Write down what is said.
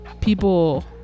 people